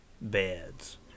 beds